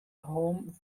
home